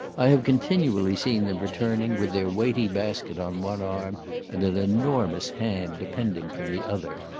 i have continually seen them returning, with their weighty basket on one arm and an enormous ham depending from the other.